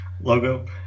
logo